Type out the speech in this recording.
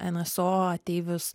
nso ateivius